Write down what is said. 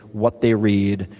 what they read,